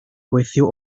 gweithio